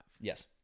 Yes